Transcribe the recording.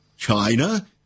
China